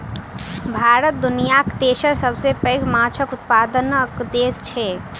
भारत दुनियाक तेसर सबसे पैघ माछक उत्पादक देस छै